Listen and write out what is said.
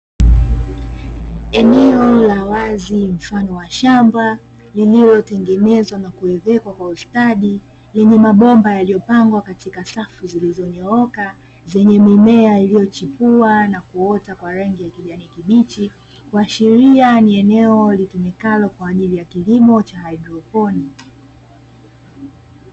Eneo la wazi mfano wa shamba lililotengenezwa na kuezekwa kwa ustadi, lenye mabomba yaliyopangwa katika safu zilizonyooka zenye mimea iliyochipua na kuota kwa rangi ya kijani kibichi, kuashiria ni eneo litumikalo kwa ajili ya kilimo cha haidroponi.